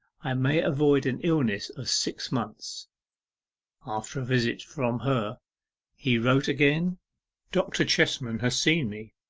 i may avoid an illness of six months after a visit from her he wrote again dr. chestman has seen me.